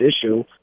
issue